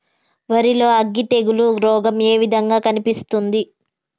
వరి లో అగ్గి తెగులు రోగం ఏ విధంగా కనిపిస్తుంది?